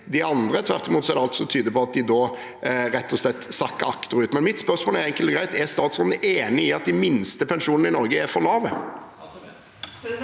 de andre, tvert imot tyder alt på at de rett og slett sakker akterut. Men mitt spørsmål er enkelt og greit: Er statsråden enig i at de minste pensjonene i Norge er for lave?